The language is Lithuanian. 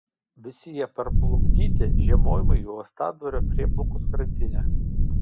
visi jie parplukdyti žiemojimui į uostadvario prieplaukos krantinę